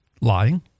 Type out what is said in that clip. lying